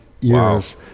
years